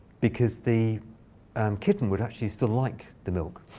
because the um kitten would actually still like the milk,